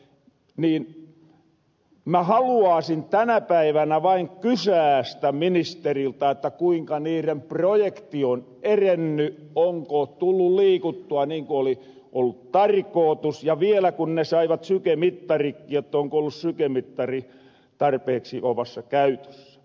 niin mä haluaasin tänä päivänä vain kysäästä ministeriltä kuinka niiren projekti on erenny onko tullu liikuttua niin ku oli ollu tarkootus ja vielä kun ne saivat sykemittarit onko ollu sykemittari tarpeeksi kovassa käytössä